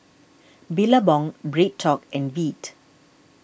Billabong BreadTalk and Veet